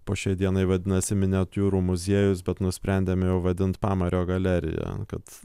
po šiai dienai vadinasi miniatiūrų muziejus bet nusprendėme jau vadint pamario galerija kad